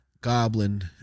Goblin